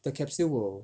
the capsule will